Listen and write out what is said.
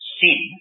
sin